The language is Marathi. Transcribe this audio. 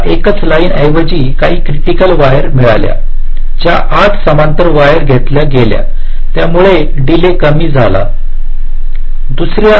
मला एकाच लाईनऐवजी काही क्रिटिकल वायर मिळाल्या ज्या 8 समांतर वायर घातल्या गेल्या त्यामुळे डिले कमी झाला वगैरे